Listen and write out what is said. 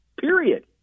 period